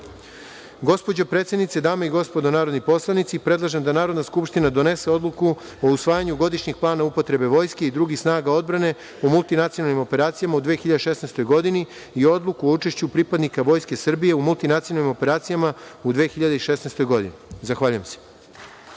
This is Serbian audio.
EU.Gospođo predsednice, dame i gospodo narodni poslanici predlažem da Narodna skupština donese odluku o usvajanju godišnjeg plana upotrebe Vojske i drugih snaga odbrane u multinacionalnim operacijama u 2016. godini i odluku o učešću pripadnika Vojske Srbije u multinacionalnim operacijama u 2016. godini. Zahvaljujem se.